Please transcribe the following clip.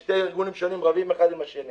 אם שני ארגונים שונים רבים אחד עם השני